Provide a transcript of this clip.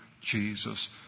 Jesus